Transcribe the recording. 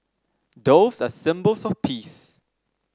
doves are symbols of peace